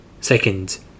Second